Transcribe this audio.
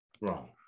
wrong